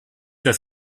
das